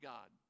God